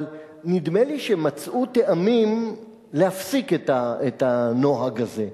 אבל נדמה לי שמצאו טעמים להפסיק את הנוהג הזה,